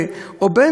להשפיל אנשים,